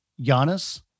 Giannis